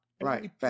right